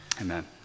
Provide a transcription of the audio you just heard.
Amen